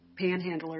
panhandlers